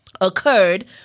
occurred